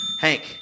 Hank